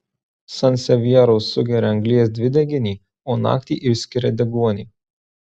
sansevjeros sugeria anglies dvideginį o naktį išskiria deguonį